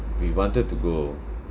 we wanted to go